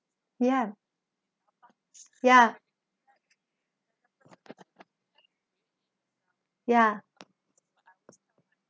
ya ya ya